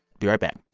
be right back